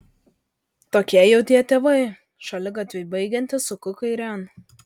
tokie jau tie tėvai šaligatviui baigiantis suku kairėn